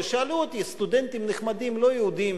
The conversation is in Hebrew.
ושאלו אותי סטודנטים נחמדים לא יהודים